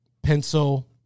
Pencil